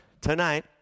Tonight